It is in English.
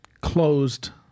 closed